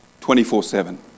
24-7